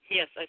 Yes